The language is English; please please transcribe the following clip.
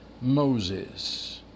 Moses